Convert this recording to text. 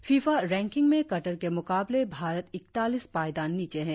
FIFA ranking में Qatar के मुकाबले भारत ईकतालीस पायदान नीचे है